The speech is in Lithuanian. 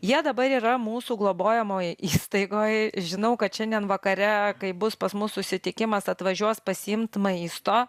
jie dabar yra mūsų globojamoj įstaigoj žinau kad šiandien vakare kai bus pas mus susitikimas atvažiuos pasiimt maisto